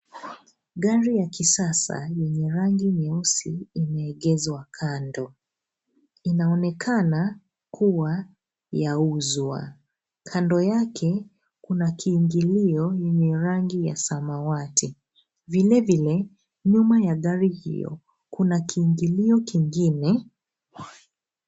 Gari ya kisasa yenye rangi nyeusi imeegeshwa kando. Inaonekana kuwa yauzwa. Kando yake kuna kiingilio yenye rangi ya samawati. Vile vile nyuma ya gari hiyo kuna kiingilio kingine.